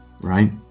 right